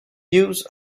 use